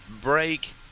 break